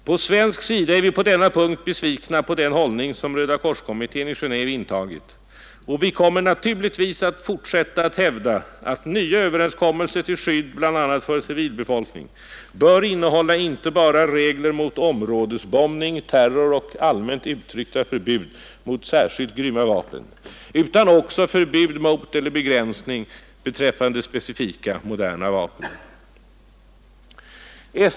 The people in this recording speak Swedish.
På svensk sida är vi på denna punkt besvikna på den hållning som Rödakorskommittén i Genéve intagit, och vi kommer naturligtvis att fortsätta att hävda att nya överenskommelser till skydd bl.a. för civilbefolkning bör innehålla inte bara regler mot områdesbombning och terror och allmänt uttryckta förbud mot särskilt grymma vapen utan också förbud mot eller begränsningar beträffande specifika moderna vapen.